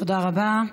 תודה רבה.